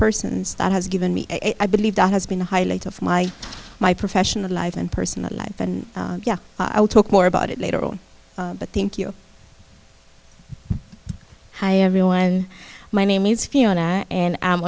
persons that has given me i believe that has been the highlight of my my professional life and personal life and yeah i'll talk more about it later on but thank you hi everyone my name is fiona and i